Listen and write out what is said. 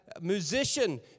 musician